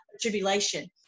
tribulation